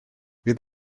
fydd